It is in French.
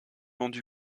entendu